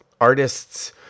artists